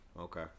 okay